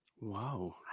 wow